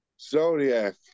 Zodiac